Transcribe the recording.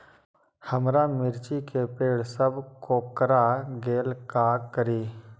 हमारा मिर्ची के पेड़ सब कोकरा गेल का करी?